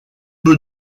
peu